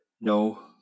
no